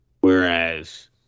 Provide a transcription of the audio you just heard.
whereas